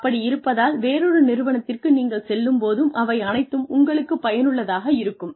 அப்படி இருப்பதால் வேறொரு நிறுவனத்திற்கு நீங்கள் செல்லும் போதும் அவை அனைத்தும் உங்களுக்குப் பயனுள்ளதாக இருக்கும்